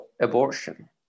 abortion